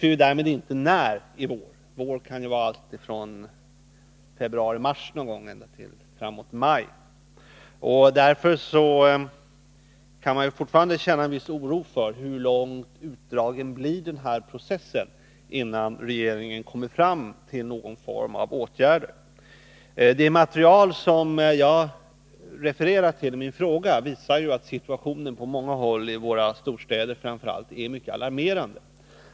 Vi vet därmed inte när under våren — med vår kan man ju förstå tiden alltifrån februari-mars till framåt maj — och därför kan man med en viss oro fråga sig: Hur långt utdragen blir den här processen, innan regeringen kommer fram till någon form av åtgärder? Det material jag refererar till i min fråga visar att situationen på många håll, framför allt i våra storstäder, är mycket alarmerande.